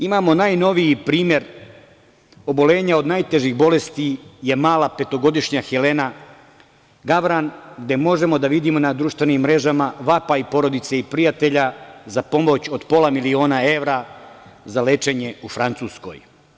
Imamo najnoviji primer oboljenja od najtežih bolesti je mala petogodišnja Helena Gavran, gde možemo da vidimo na društvenim mrežama vapaj porodice i prijatelja za pomoć od pola miliona evra za lečenje u Francuskoj.